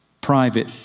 private